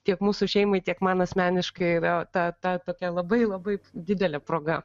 tiek mūsų šeimai tiek man asmeniškai yra ta ta tokia labai labai didelė proga